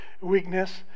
weakness